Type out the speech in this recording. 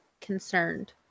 concerned